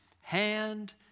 hand